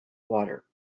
water